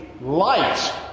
light